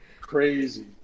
crazy